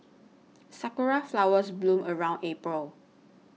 sakura flowers bloom around April